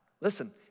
listen